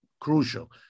crucial